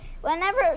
whenever